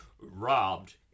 robbed